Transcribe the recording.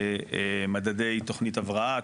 מדדי תכנית הבראה,